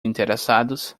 interessados